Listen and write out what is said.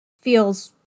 feels